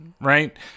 right